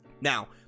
now